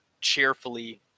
cheerfully